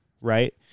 right